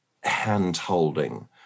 hand-holding